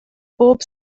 bob